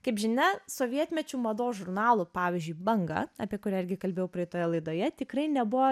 kaip žinia sovietmečiu mados žurnalų pavyzdžiui banga apie kurią irgi kalbėjau praeitoje laidoje tikrai nebuvo